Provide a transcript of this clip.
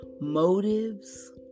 motives